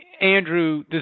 Andrew